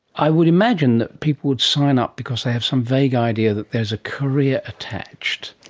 i would imagine that people would sign up because they have some vague idea that there is a career attached.